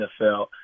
nfl